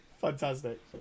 Fantastic